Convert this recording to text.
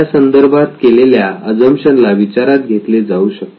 त्यासंदर्भात केलेल्या अझम्पशन ला विचारात घेतले जाऊ शकते